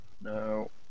No